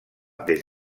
des